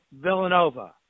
Villanova